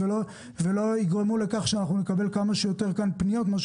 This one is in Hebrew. ולא יגרמו לכך שאנחנו נקבל כמה שיותר פניות כאשר